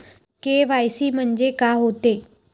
KYC म्हंनजे का होते?